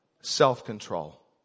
Self-control